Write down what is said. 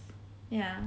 ya